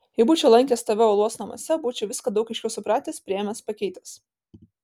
jei būčiau lankęs tave uolos namuose būčiau viską daug aiškiau supratęs priėmęs pakeitęs